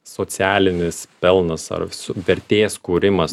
socialinis pelnas ar su vertės kūrimas